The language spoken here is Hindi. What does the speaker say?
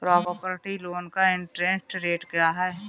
प्रॉपर्टी लोंन का इंट्रेस्ट रेट क्या है?